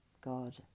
God